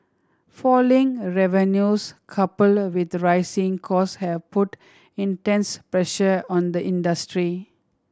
falling revenues coupled with rising cost have put intense pressure on the industry